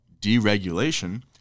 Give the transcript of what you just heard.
deregulation